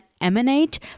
emanate